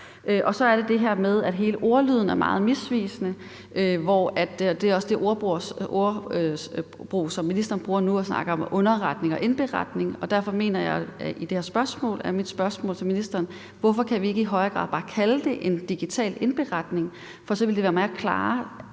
Så er der det her med, at hele ordlyden er meget misvisende, og det er det ordbrug, ministeren bruger nu også, hvor han snakker om underretning og indberetning. Derfor er mit spørgsmål til ministeren: Hvorfor kan vi ikke i højere grad bare kalde det en digital indberetning? For så ville det være mere klart,